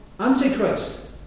Antichrist